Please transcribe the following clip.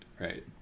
right